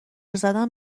زدن